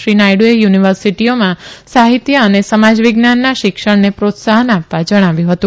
શ્રી નાયડુએ યુનિવર્સીટીઓમાં સાહિત્ય અને સમાજવિજ્ઞાનના શિક્ષણને પ્રોત્સાહન આપવા જણાવ્યું હતું